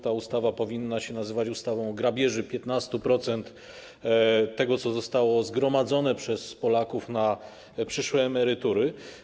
Ta ustawa powinna się nazywać ustawą o grabieży 15% tego, co zostało zgromadzone przez Polaków na przyszłe emerytury.